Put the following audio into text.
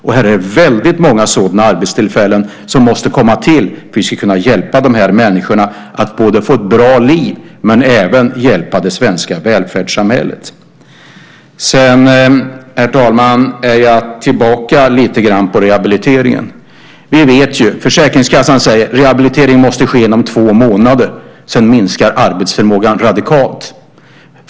Det är väldigt många sådana här arbetstillfällen som måste komma till för att vi ska kunna hjälpa de här människorna att få ett bra liv och även hjälpa det svenska välfärdssamhället. Herr talman! Jag är lite grann tillbaka i det här med rehabiliteringen. Försäkringskassan säger att rehabilitering måste ske inom två månader. Sedan minskar arbetsförmågan radikalt.